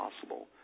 possible